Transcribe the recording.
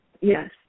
yes